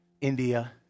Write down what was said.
India